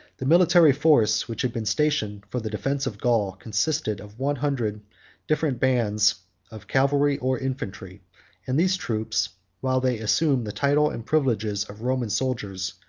the military force which had been stationed for the defence of gaul, consisted of one hundred different bands of cavalry or infantry and these troops, while they assumed the title and privileges of roman soldiers,